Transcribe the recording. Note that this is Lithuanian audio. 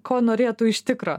ko norėtų iš tikro